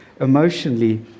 emotionally